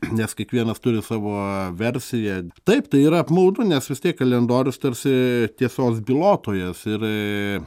nes kiekvienas turi savo versiją taip tai yra apmaudu nes vis tiek kalendorius tarsi tiesos bylotojas ir